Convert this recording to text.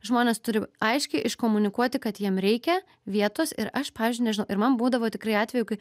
žmonės turi aiškiai iškomunikuoti kad jam reikia vietos ir aš pavyzdžiui nežinau ir man būdavo tikrai atvejų kai